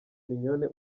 mignone